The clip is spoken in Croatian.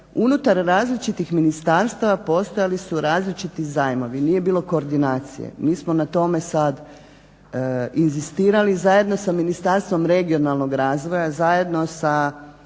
unutar različitih ministarstva postojali su različiti zajmovi, nije bilo koordinacije, mi smo na tome sad inzistirali zajedno sa Ministarstvom regionalnog razvoja, zajedno sa